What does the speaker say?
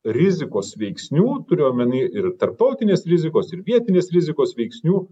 rizikos veiksnių turiu omeny ir tarptautinės rizikos ir vietinės rizikos veiksnių